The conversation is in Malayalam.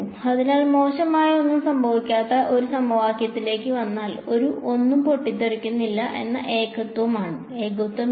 അതിനാൽ മോശമായ ഒന്നും സംഭവിക്കാത്ത ഒരു സമവാക്യത്തിലേക്ക് വന്നാൽ ഒന്നും പൊട്ടിത്തെറിക്കുന്നില്ല എന്ന ഏകത്വമില്ല